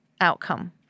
outcome